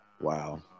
Wow